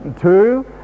two